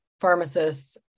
pharmacists